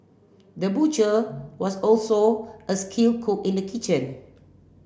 the butcher was also a skill cook in the kitchen